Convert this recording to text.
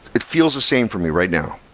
it feels the same for me right now.